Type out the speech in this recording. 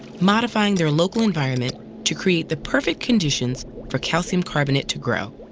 modifying their local environment to create the perfect conditions for calcium carbonate to grow.